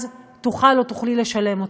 אז תוכל או תוכלי לשלם אותו.